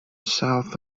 south